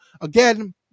again